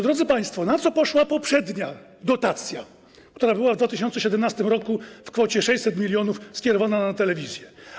Drodzy państwo, na co poszła poprzednia dotacja, która w 2017 r. w kwocie 600 mln została skierowana na telewizję?